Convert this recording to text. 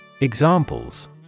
Examples